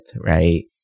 right